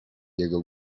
jego